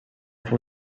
fou